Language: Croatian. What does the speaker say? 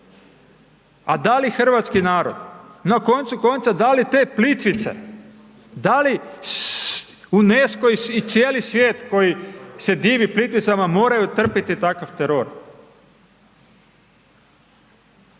A da li hrvatski narod na koncu konca, da li te Plitvice, da li UNESCO i cijeli svijet koji se divi Plitvicama moraju trpiti takav teror?